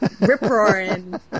Rip-roaring